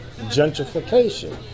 gentrification